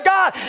God